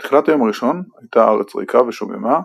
בתחילת היום הראשון, הייתה הארץ ריקה ושוממה,